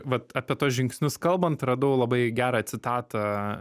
vat apie tuos žingsnius kalbant radau labai gerą citatą